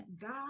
god